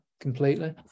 completely